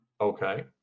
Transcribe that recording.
okay